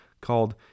called